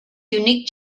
unique